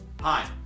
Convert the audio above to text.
Hi